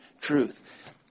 truth